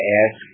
ask